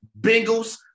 Bengals